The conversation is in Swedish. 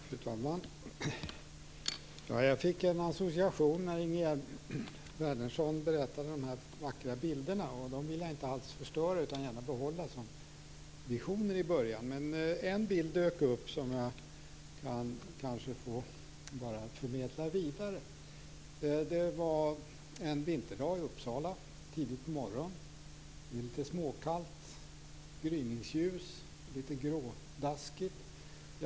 Fru talman! Jag fick en association när Ingegerd Wärnersson berättade om de vackra bilderna. Jag vill inte alls förstöra dem utan jag behåller dem gärna som visioner. Men det dök upp en bild framför mig som jag tänkte förmedla vidare. Det var en vinterdag i Uppsala, tidigt på morgonen. Det var litet småkallt med gryningsljus och litet grådaskigt.